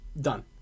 Done